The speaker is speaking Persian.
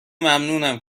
ممنونم